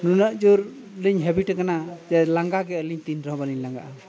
ᱱᱩᱱᱟᱹᱜ ᱡᱳᱨᱞᱤᱧ ᱦᱮᱵᱤᱴ ᱟᱠᱟᱱᱟ ᱡᱮ ᱞᱟᱸᱜᱟᱜᱮ ᱟᱹᱞᱤᱧ ᱛᱤᱱ ᱨᱮᱦᱚᱸ ᱵᱟᱹᱞᱤᱧ ᱞᱟᱸᱜᱟᱜᱼᱟ